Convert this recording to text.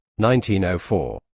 1904